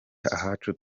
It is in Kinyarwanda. ahacu